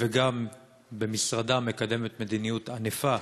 וגם במשרדה מקדמת מדיניות ענפה,